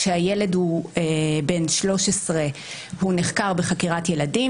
שכאשר הילד בן 13 הוא נחקר בחקירת ילדים,